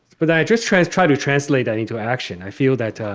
but i just try and try to translate that into action. i feel that, ah